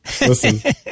Listen